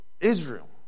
Israel